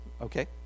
Okay